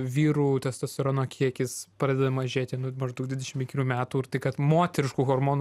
vyrų testosterono kiekis pradeda mažėti nuo maždaug dvidešim penkerių metų ir tai kad moteriškų hormonų